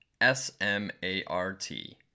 S-M-A-R-T